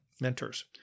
mentors